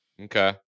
Okay